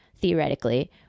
theoretically